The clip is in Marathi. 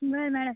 बर मॅडम